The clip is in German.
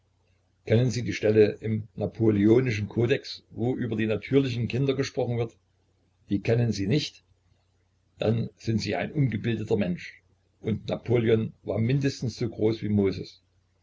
kennen sie die stelle im napoleonischen kodex wo über die natürlichen kinder gesprochen wird die kennen sie nicht dann sind sie ein ungebildeter mensch und napoleon war mindestens so groß wie moses